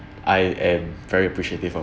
I am very appreciative of